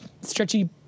stretchy